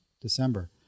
December